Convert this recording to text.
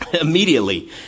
Immediately